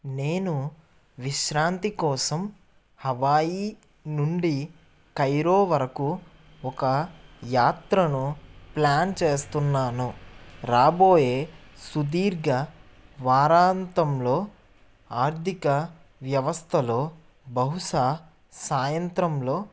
నేను విశ్రాంతి కోసం హవాయి నుండి కైరో వరకు ఒక యాత్రను ప్లాన్ చేస్తున్నాను రాబోయే సుదీర్ఘ వారాంతంలో ఆర్థిక వ్యవస్థలో బహుశా సాయంత్రంలో